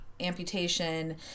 amputation